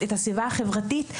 הסביבה החברתית,